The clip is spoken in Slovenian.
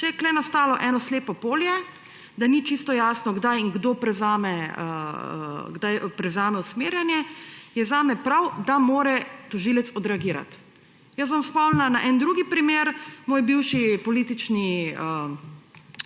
Če je tu nastalo eno slepo polje, da ni čisto jasno, kdaj in kdo prevzame, kdaj prevzame usmerjanje, je zame prav, da mora tožilec odreagirati. Jaz bom spomnila na en drugi primer. Moj bivši politični